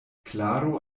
klaro